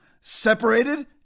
separated